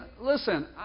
listen